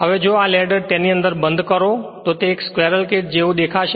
અને જો આ લેડર ને તેની અંદર બંધ કરો તો તે એક સ્ક્વેરલ કેજ જેવો દેખાશે